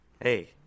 Hey